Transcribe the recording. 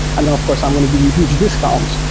and then of course i'm going to give you huge discounts.